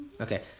Okay